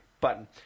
Button